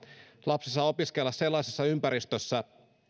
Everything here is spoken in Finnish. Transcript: lapsi saa opiskella sellaisessa ympäristössä